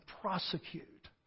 prosecute